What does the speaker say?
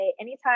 anytime